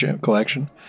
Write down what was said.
Collection